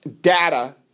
data